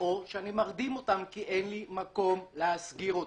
או שנרדים אותם כי אין לי מקום להסגיר אותם.